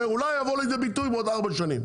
שאולי יבואו לידי ביטוי בעוד ארבע שנים,